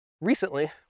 recently